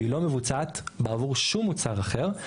והיא לא מבוצעת בעבור שום מוצר אחר,